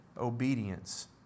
obedience